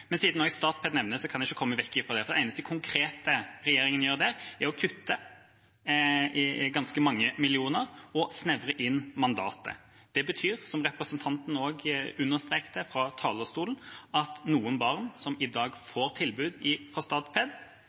Men siden også Statped nevnes, kan vi ikke komme vekk fra det, for det eneste konkrete regjeringa gjør der, er å kutte ganske mange millioner og snevre inn mandatet. Det betyr, som representanten også understreket fra talerstolen, at noen barn som i dag får tilbud fra Statped